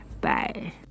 Bye